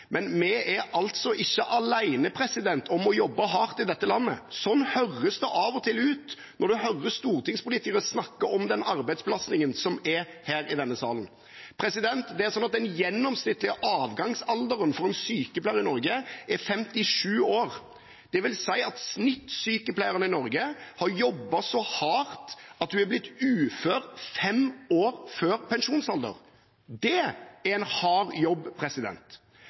Men vi er altså ikke alene om å jobbe hardt i dette landet. Slik høres det av og til ut når en hører stortingspolitikere snakke om den arbeidsbelastningen som er her i denne salen. Det er slik at den gjennomsnittlige avgangsalderen for en sykepleier i Norge er 57 år. Det vil si at snittsykepleieren i Norge har jobbet så hardt at hun er blitt ufør fem år før pensjonsalderen. Det er en hard jobb.